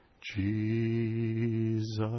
Jesus